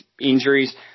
injuries